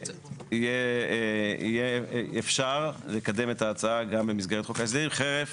יהיה אפשר לקדם את ההצעה גם במסגרת חוק ההסדרים חרף